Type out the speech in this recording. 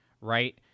right